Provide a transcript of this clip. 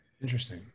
Interesting